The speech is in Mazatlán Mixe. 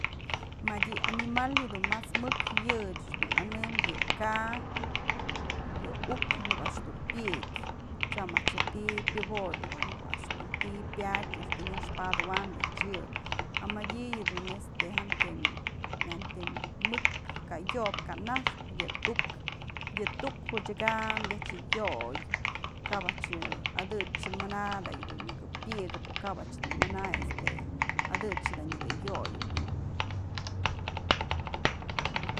Mëdyë animal yëdun mas mëk yë ëch dun nënëm ka'a, yë uk në ko'o a'ax jedun pyë'ëk tyam a'ax je'e ti'i pyoboyë o në ko'o a'ax dun ti'i pyadyë axtë nyaspadëwam a'ax yë, a mëdyë yëdun este jantëm, jantëm mëk kë yopyë kë naxpë yë tu'uk, yë tu'uk odyëkam a'ax yë yo'oy, kap a'ax yë adëch mana da iuk nëkë pëyikëp o kap dun mana este adëchë nyëkë yoyëp.